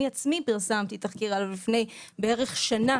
אני עצמי פרסמתי עליו תחקיר לפני בערך שנה,